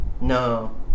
No